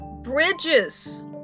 Bridges